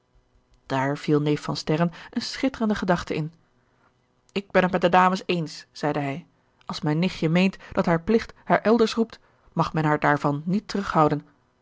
daar viel neef van sterren een schitterende gedachte in ik ben het met de dames eens zeide hij als mijn nichtje meent dat haar plicht haar elders roept mag men haar daarvan niet terughouden